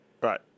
Right